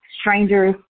Strangers